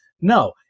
No